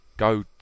Go